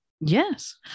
Yes